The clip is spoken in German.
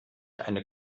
eine